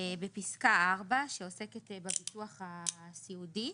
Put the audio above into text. בפסקה 4 שעוסקת בביטוח הסיעודי,